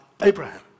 Abraham